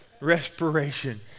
respiration